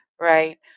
right